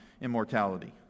immortality